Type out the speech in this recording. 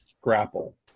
grapple